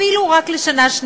אפילו רק לשנה-שנתיים,